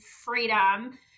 freedom